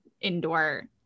indoor